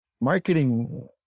Marketing